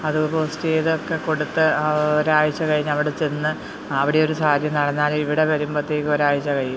അത് പോസ്റ്റ് ചെയ്തൊക്കെ കൊടുത്ത് ഒരാഴ്ച്ച കഴിഞ്ഞ് അവിടെച്ചെന്ന് അവിടെയൊരു കാര്യം നടന്നാൽ ഇവിടെ വരുമ്പോഴത്തേക്കും ഒരാഴ്ച്ച കഴിയും